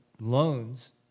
loans